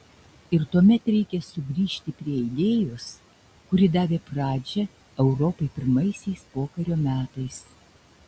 ir tuomet reikia sugrįžti prie idėjos kuri davė pradžią europai pirmaisiais pokario metais